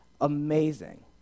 Amazing